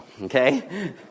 okay